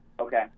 Okay